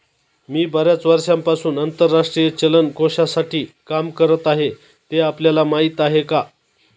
मी बर्याच वर्षांपासून आंतरराष्ट्रीय चलन कोशासाठी काम करत आहे, ते आपल्याला माहीत आहे का?